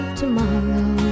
tomorrow